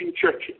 churches